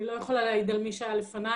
אני לא יכולה להעיד על מי שהיה לפני,